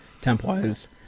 temp-wise